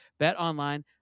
BetOnline